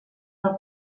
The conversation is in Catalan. del